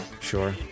Sure